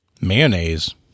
Mayonnaise